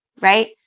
right